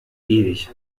ewig